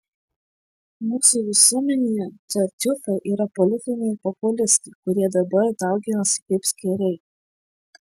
mūsų visuomenėje tartiufai yra politiniai populistai kurie dabar dauginasi kaip skėriai